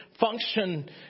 function